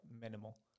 minimal